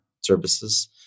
services